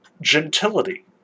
gentility